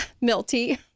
milty